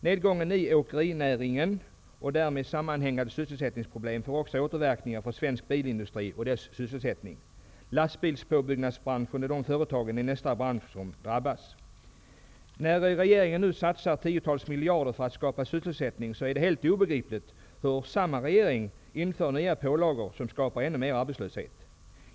Nedgången i åkerinäringen och därmed sammanhängande sysselsättningsproblem får också återverkningar i svensk bilindustri och dess sysselsättningmöjligheter. Företagen för påbyggnad av lastbilar är nästa bransch som kommer att drabbas. När nu regeringen satsar tiotals miljarder kronor för att skapa sysselsättning, är det helt obegripligt hur samma regering inför nya pålagor som ger ännu mer arbetslöshet.